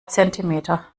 zentimeter